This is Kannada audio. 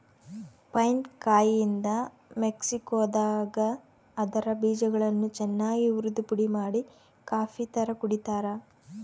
ಪೈನ್ ಕಾಯಿಯಿಂದ ಮೆಕ್ಸಿಕೋದಾಗ ಅದರ ಬೀಜಗಳನ್ನು ಚನ್ನಾಗಿ ಉರಿದುಪುಡಿಮಾಡಿ ಕಾಫಿತರ ಕುಡಿತಾರ